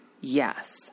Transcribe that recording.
Yes